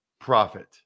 profit